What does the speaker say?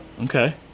Okay